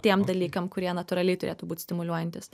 tiem dalykam kurie natūraliai turėtų būt stimuliuojantys